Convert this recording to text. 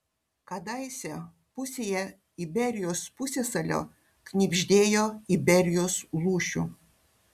kadaise pusėje iberijos pusiasalio knibždėjo iberijos lūšių